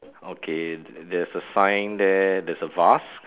okay there's a sign there there's a vase